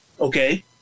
Okay